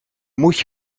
moet